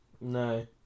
no